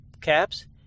caps